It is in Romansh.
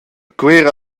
cuera